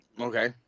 Okay